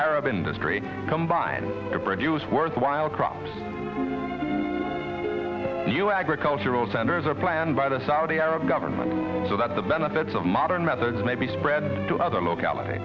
arab industry combined to produce worthwhile crops you agricultural centers are planned by the saudi arab government so that the benefits of modern methods may be spread to other localit